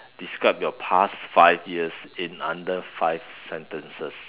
describe your past five years in under five sentences